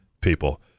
people